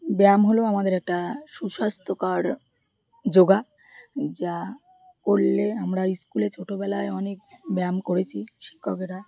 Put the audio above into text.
ব্যায়াম হলো আমাদের একটা সুস্বাস্থ্যকর যোগ যা করলে আমরা স্কুলে ছোটোবেলায় অনেক ব্যায়াম করেছি শিক্ষকেরা